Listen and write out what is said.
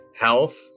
health